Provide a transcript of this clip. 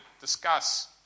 discuss